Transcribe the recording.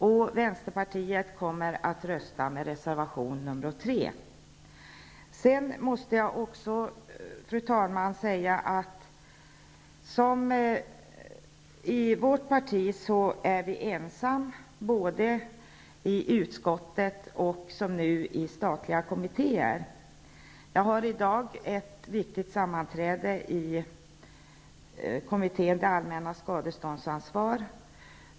Vi i Vänsterpartiet kommer att rösta för reservation nr Fru talman! Jag vill tillägga att man som representant för vårt parti är ensam både i utskottet och i statliga kommittéer. Jag har i dag ett viktigt sammanträde i kommittén för det allmännas skadeståndsansvar.